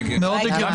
מאוד הגיוני...